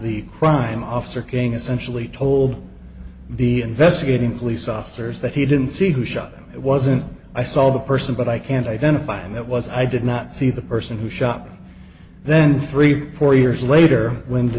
the crime officer king essentially told the investigating police officers that he didn't see who shot him it wasn't i saw the person but i can't identify and that was i did not see the person who shot then three or four years later when the